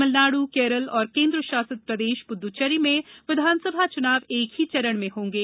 तमिलनाड् केरल और केंद्रशासित प्रदेश दददचेरी में विधानसभा च्नाव एक ही चरण में होंगे